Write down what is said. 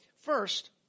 first